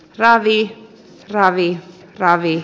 ravi ravi ravit